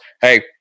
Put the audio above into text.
hey